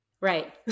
Right